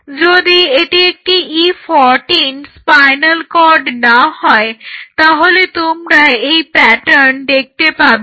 যদি এটি একটি E14 স্পাইনাল কর্ড না হয় তাহলে তোমরা এই প্যাটার্ন দেখতে পাবে না